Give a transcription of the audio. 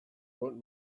want